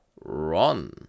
run